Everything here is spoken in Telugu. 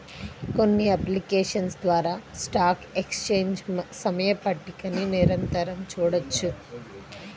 కొన్ని అప్లికేషన్స్ ద్వారా స్టాక్ ఎక్స్చేంజ్ సమయ పట్టికని నిరంతరం చూడొచ్చు